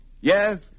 Yes